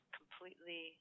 completely